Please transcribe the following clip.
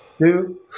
Two